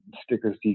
stickers